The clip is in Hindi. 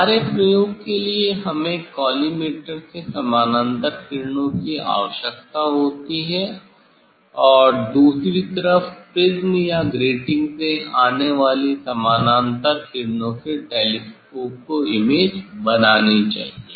हमारे प्रयोग के लिए हमें कॉलीमेटर से समानांतर किरणों की आवश्यकता होती है और दूसरी तरफ प्रिज्म या ग्रेटिंग से आने वाली समानांतर किरणों से टेलीस्कोप को इमेज बनानी चाहिए